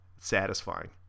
Satisfying